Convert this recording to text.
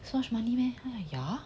so much money meh yeah lor